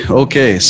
okay